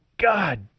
God